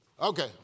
Okay